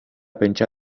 pentsa